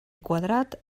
quadrat